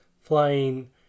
Flying